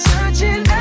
Searching